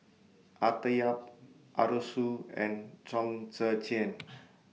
Arthur Yap Arasu and Chong Tze Chien